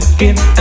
give